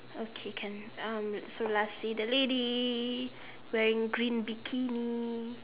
okay can um so lastly the lady wearing green bikini